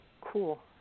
cool